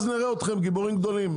אז נראה אתכם גיבורים גדולים,